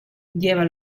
lleva